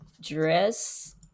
dress